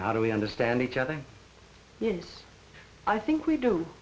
how do we understand each other yes i think we do